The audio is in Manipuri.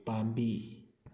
ꯎꯄꯥꯝꯕꯤ